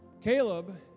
Caleb